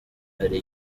hari